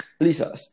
Lisa